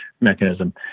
mechanism